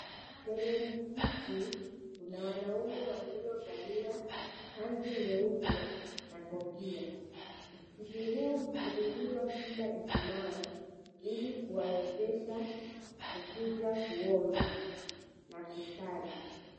Kwenye msikiti kuna wanaume waliovalia kanzu nyeupe na kofia. Msikiti huu hufunguliwa kila Ijumaa ili kuwawezesha kukuja kuomba na kusali.